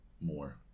more